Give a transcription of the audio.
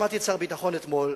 שמעתי את שר הביטחון אתמול,